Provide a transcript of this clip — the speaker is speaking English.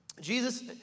Jesus